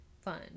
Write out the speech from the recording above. Fun